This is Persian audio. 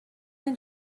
این